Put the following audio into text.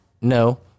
No